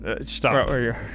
Stop